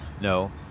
No